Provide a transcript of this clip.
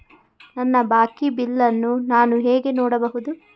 ನನ್ನ ಬಾಕಿ ಬಿಲ್ ಅನ್ನು ನಾನು ಹೇಗೆ ನೋಡಬಹುದು?